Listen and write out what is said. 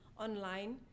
online